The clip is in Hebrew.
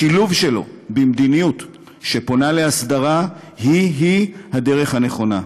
השילוב שלו במדיניות שפונה להסדרה הוא-הוא הדרך הנכונה.